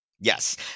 Yes